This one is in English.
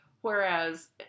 Whereas